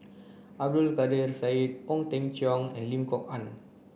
Abdul Kadir Syed Ong Teng Cheong and Lim Kok Ann